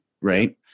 right